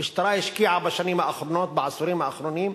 המשטרה השקיעה בשנים האחרונות, בעשורים האחרונים,